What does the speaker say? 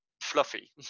fluffy